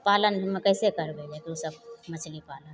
पालन हमे कइसे करबै लैके ओसब मछली पालन